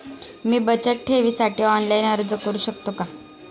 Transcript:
मी बचत ठेवीसाठी ऑनलाइन अर्ज करू शकतो का?